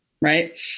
Right